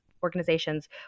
organizations